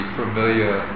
familiar